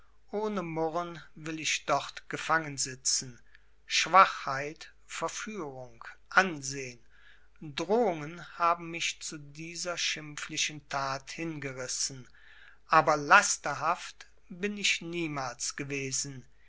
ohne murren will ich dort gefangen sitzen schwachheit verführung ansehen drohungen haben mich zu dieser schimpflichen tat hingerissen aber lasterhaft bin ich niemals gewesen